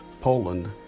Poland